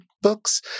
books